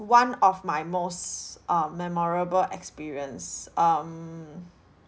one of my most uh memorable experience um